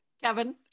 Kevin